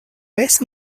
vez